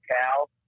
Cal